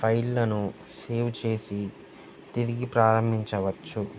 ఫైళ్ళను సేవ్ చేసి తిరిగి ప్రారంభించవచ్చు